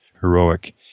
heroic